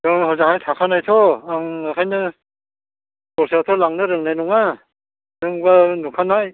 नों हजोंहाय थाखानायथ' आं बेखायनो दस्रायाथ' लांनो रोंनाय नङा नोंबा नुखानाय